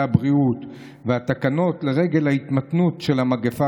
הבריאות והתקנות לרגל ההתמתנות של המגפה,